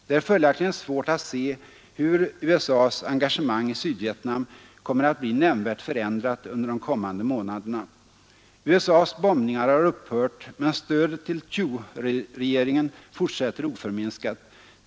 Det är följaktligen svårt att se hur USA:s engagemang i Sydvietnam kommer att bli nämnvärt förändrat under de kommande månaderna. USA :s bombningar har upphört, men stödet till Thieuregeringen fortsätter oförminskat.